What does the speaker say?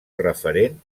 referent